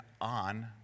on